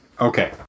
Okay